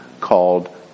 called